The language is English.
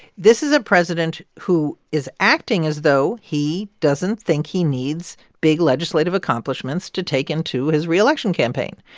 this is a president who is acting as though he doesn't think he needs big legislative accomplishments to take in to his reelection campaign.